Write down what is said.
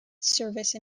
service